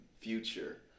future